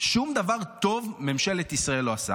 שום דבר טוב ממשלת ישראל לא עשתה.